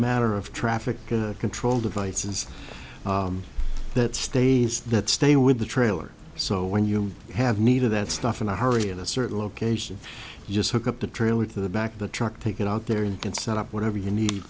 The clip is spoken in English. matter of traffic control devices that stays that stay with the trailer so when you have need of that stuff in a hurry in a certain location just hook up the trailer to the back of the truck take it out there you can set up whatever you need